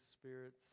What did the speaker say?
spirits